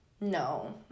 no